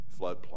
floodplain